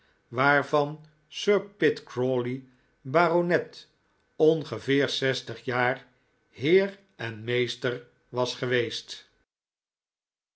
waarvan sir pitt crawley baronet ongeveer zestig jaar heer en meester was geweest